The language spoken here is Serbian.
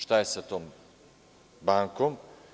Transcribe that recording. Šta je sa tom bankom?